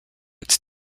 its